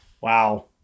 wow